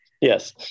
yes